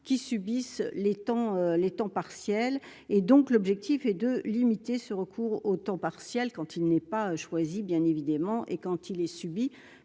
qui subissent les temps les temps partiels et donc, l'objectif est de limiter ce recours au temps partiel, quand il n'est pas choisie bien évidemment et quand il est subi,